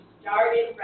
started